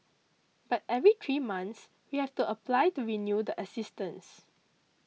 but every three months we have to apply to renew the assistance